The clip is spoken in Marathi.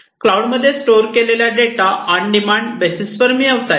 क्लाऊडमध्ये स्टोअर केलेला डेटा ऑन डिमांड बेसिसवर मिळवता येतो